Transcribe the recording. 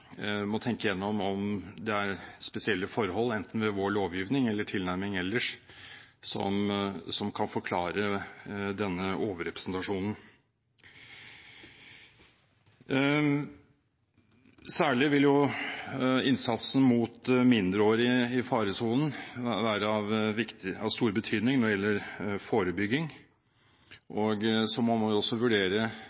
må tenke gjennom om det er spesielle forhold, enten ved vår lovgivning eller tilnærming ellers, som kan forklare denne overrepresentasjonen. Særlig vil innsatsen mot mindreårige i faresonen være av stor betydning når det gjelder forebygging.